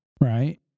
Right